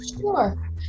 Sure